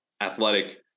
athletic